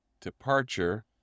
departure